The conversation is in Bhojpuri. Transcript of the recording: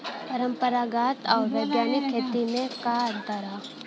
परंपरागत आऊर वैज्ञानिक खेती में का अंतर ह?